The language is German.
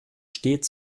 steht